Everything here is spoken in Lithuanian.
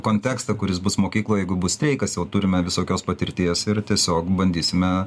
kontekstą kuris bus mokykloje jeigu bus streikas jau turime visokios patirties ir tiesiog bandysime